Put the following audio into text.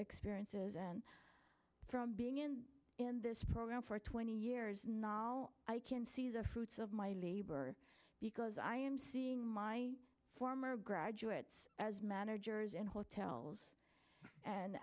experiences and from being in in this program for twenty years knol i can see the fruits of my labor because i am seeing my former graduates as managers in hotels and